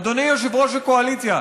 אדוני יושב-ראש הקואליציה,